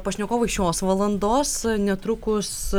pašnekovai šios valandos netrukus